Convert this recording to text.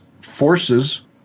Forces